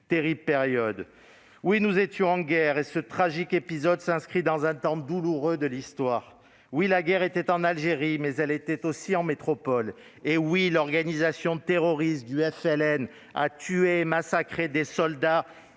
terrible période. Oui, nous étions en guerre, et ce tragique épisode s'inscrit dans un temps douloureux de l'histoire. Oui, la guerre était en Algérie, mais elle était aussi en métropole. La métropole n'était pas en guerre ! Oui, l'organisation terroriste du FLN a tué et massacré des soldats